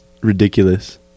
ridiculous